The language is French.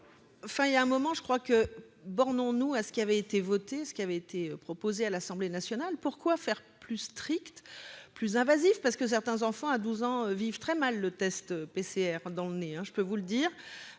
il y a un moment, je crois que bornons-nous à ce qui avait été voté, ce qui avait été proposé à l'Assemblée nationale, pourquoi faire plus strict, plus invasifs parce que certains enfants à 12 ans vivent très mal le test PCR dans le nez, hein, je peux vous le dire